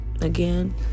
again